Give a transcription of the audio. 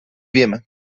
wiem